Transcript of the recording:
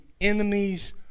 enemies